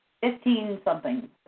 Fifteen-something